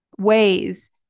ways